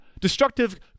destructive